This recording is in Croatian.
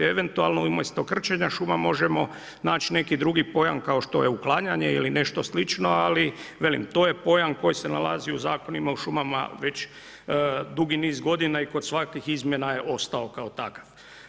Eventualno umjesto krčenja šuma možemo naći neki drugi pojam kao što je uklanjanje ili nešto slično, ali velim, to je pojam koji se nalazi u zakonima o šumama već dugi niz godina i kod svakih izmjena je ostao kao takav.